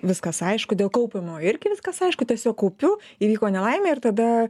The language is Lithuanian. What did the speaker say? viskas aišku dėl kaupiamojo irgi viskas aišku tiesiog kaupiu įvyko nelaimė ir tada